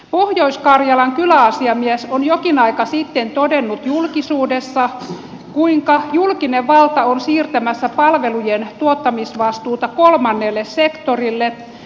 pohjois karjalan kyläasiamies on jokin aika sitten todennut julkisuudessa kuinka julkinen valta on siirtämässä palvelujen tuottamisvastuuta kolmannelle sektorille